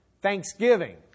Thanksgiving